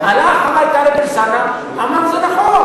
הלך אחרי זה טלב אלסאנע ואמר: זה נכון,